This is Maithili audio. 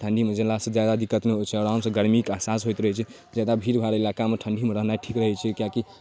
ठण्डीमे गेला सँ ज्यादा दिक्कत नहि होइ छै आराम सँ गर्मीके एहसास होइत रहै छै जादा भीड़ भाड़ इलाकामे ठण्डीमे रहनाइ ठीक रहै छै किएकि